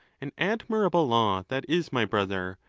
an admirable law that is, my brother,